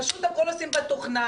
פשוט הכול עושים בתוכנה,